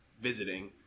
visiting